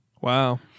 Wow